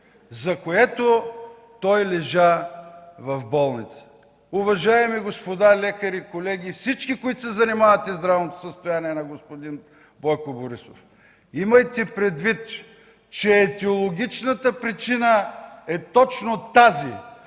за което той лежа в болница. Уважаеми господа лекари, колеги, и всички, които се занимавате със здравното състояние на господин Бойко Борисов! Имайте предвид, че етиологичната причина е точно тази